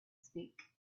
speak